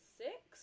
six